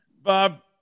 Bob